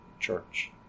church